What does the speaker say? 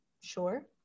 Sure